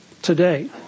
Today